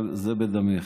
אבל זה בדמך.